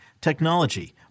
technology